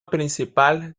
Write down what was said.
principal